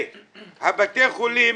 בתי החולים,